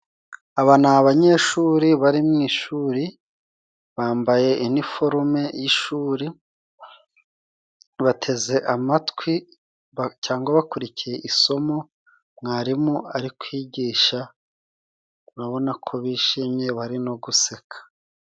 Aba ni abanyeshuri bari mu ishuri bambaye iniforume y'ishuri ,bateze amatwi cyangwa bakurikiye isomo mwarimu ari kwigisha, urabonako bishimye bari no guseka.